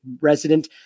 resident